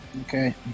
Okay